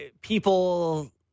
people